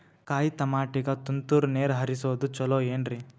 ಕಾಯಿತಮಾಟಿಗ ತುಂತುರ್ ನೇರ್ ಹರಿಸೋದು ಛಲೋ ಏನ್ರಿ?